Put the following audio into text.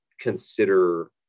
consider